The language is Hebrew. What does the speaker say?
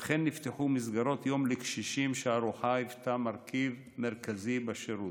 וכן נפתחו מסגרות יום לקשישים שבהן הארוחה היוותה מרכיב מרכזי בשירות.